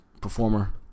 performer